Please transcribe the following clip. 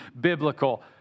biblical